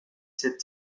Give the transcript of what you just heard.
cette